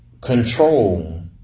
Control